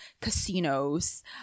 casinos